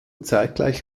zeitgleich